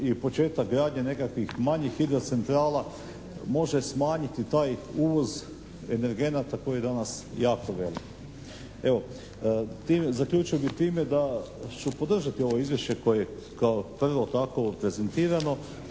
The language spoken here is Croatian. i početak gradnje nekakvih manjih hidrocentrala može smanjiti taj uvoz energenata koji je danas jako velik. Evo zaključio bih time da ću podržati ovo Izvješće koje je kao prvo takovo prezentirano